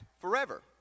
forever